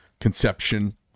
conception